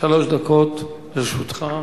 שלוש דקות לרשותך.